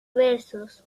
versos